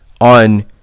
on